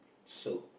so